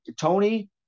Tony